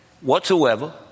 Whatsoever